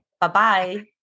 Bye-bye